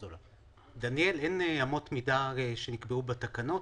אין אמות מידה שנקבעו בתקנות?